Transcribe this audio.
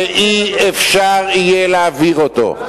ולא יהיה אפשר להעביר אותו.